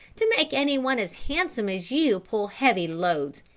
to make anyone as handsome as you pull heavy loads.